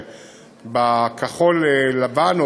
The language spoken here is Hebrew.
בכחול-לבן,